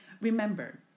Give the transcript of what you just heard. Remember